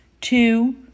Two